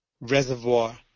reservoir